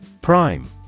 Prime